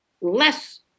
less